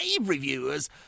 reviewers